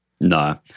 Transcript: No